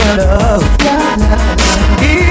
love